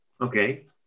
Okay